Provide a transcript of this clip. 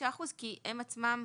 35% כי הם עצמם,